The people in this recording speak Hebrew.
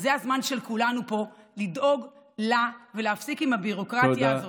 זה הזמן של כולנו פה לדאוג לה ולהפסיק עם הביורוקרטיה הזאת.